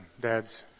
dads